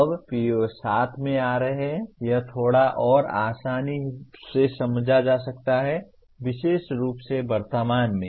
अब PO7 में आ रहा है यह थोड़ा और आसानी से समझा जा सकता है विशेष रूप से वर्तमान में